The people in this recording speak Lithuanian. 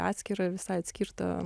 atskirą visai atskirtą